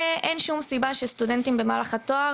אין שום סיבה שסטודנטים וסטודנטיות במהלך הלימודים לתואר